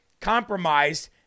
compromised